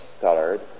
colored